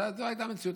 זאת הייתה המציאות.